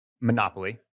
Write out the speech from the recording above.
Monopoly